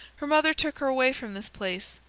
her mother took her away from this place,